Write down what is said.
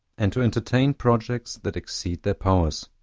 and to entertain projects that exceed their powers.